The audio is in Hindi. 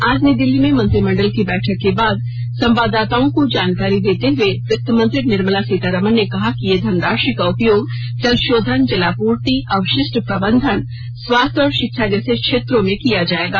आज नई दिल्ली में मंत्रिमंडल की बैठक के बाद संवाददाताओं को जानकारी देते हुए वित्तमंत्री निर्मला सीतारामन ने कहा कि यह धनराशि का उपयोग जलशोधन जलापूर्ति अवशिष्ट प्रबंधन स्वास्थ्य और शिक्षा जैसे क्षेत्रों में किया जाएगा